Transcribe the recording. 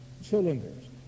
cylinders